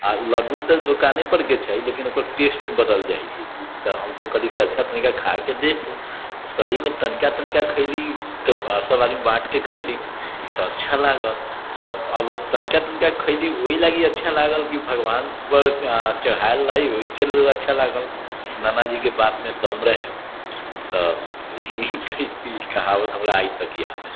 आओर लड्डू तऽ दोकानेपरके छै लेकिन ओकर टेस्ट बदलि जाइ छै तऽ हमसब कहली कि अच्छा तनिके खाकऽ देखू सहीमे तनिका तनिका खएली तऽ सब आदमी बाँटिके खएली तऽ अच्छा लागल तब तनिका तनिका खएली ओहि लागी अच्छा लागल कि भगवानपर चढ़ाएल रहै ओहिके लेल अच्छा लागल नानाजीके बातमे दम रहै तऽ इएह कहै कि ई कहावत हमरा आइ तक याद हइ